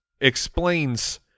explains